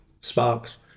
sparks